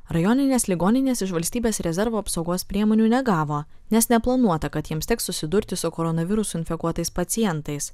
rajoninės ligoninės iš valstybės rezervo apsaugos priemonių negavo nes neplanuota kad jiems teks susidurti su koronavirusu infekuotais pacientais